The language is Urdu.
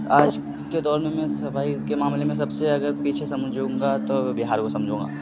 آج کے دور میں میں صفائی کے معاملے میں سب سے اگر پیچھے سمجھوں گا تو بہار کو سمجھوں گا